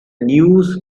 news